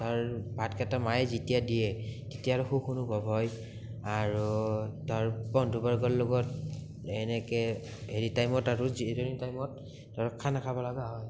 তাৰ ভাতকেইটা মায়ে যেতিয়া দিয়ে তেতিয়া আৰু সুখ অনুভৱ হয় আৰু তাৰ বন্ধু বৰ্গৰ লগত এনেকে হেৰি টাইমত আৰু জিৰণি টাইমত খানা খাবলগা হয়